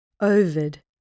Ovid